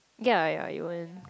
ya ya it wouldn't